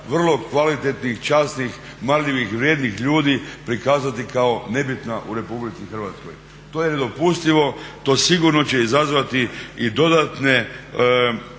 vrlo kvalitetnih, časnih, marljivih i vrijednih ljudi prikazati kao nebitna u RH. To je nedopustivo, to sigurno će izazvati i dodatne